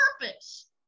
purpose